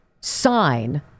sign